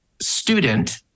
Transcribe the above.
student